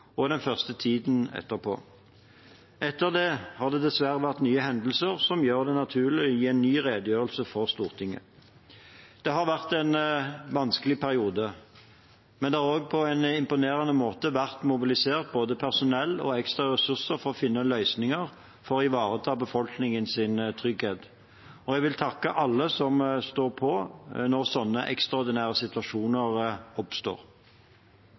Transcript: og den første tiden etterpå. Etter dette har det dessverre vært nye hendelser som gjør det naturlig å gi en ny redegjørelse for Stortinget. Det har vært en vanskelig periode. Men det har på en imponerende måte vært mobilisert både personell og ekstra ressurser for å finne løsninger som ivaretar befolkningens trygghet. Jeg vil takke alle som står på når slike ekstraordinære situasjoner oppstår.